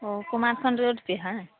ओ Kumarkhand road पर है